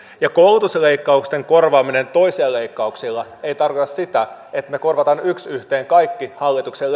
ja koulutusleikkausten korvaaminen toisilla leikkauksilla ei tarkoita sitä että korvataan yksi yhteen kaikki hallituksen